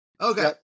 Okay